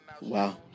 wow